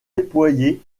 déployé